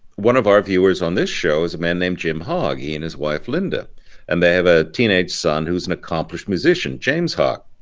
one of our viewers on this show is a man named jim hogg, he and his wife linda and they have a teenage son who's an accomplished musician james hogg.